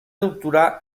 doctorar